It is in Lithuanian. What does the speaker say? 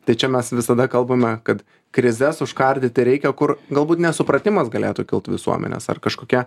tai čia mes visada kalbame kad krizes užkardyti reikia kur galbūt nesupratimas galėtų kilt visuomenės ar kažkokie